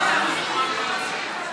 נא לצאת מהאולם.